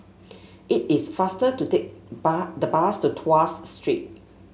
it is faster to take bu the bus to Tuas Street